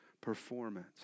performance